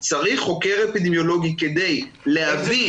צריך חוקר אפידמיולוגי כדי להבין.